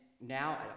now